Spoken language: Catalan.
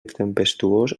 tempestuós